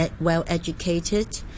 well-educated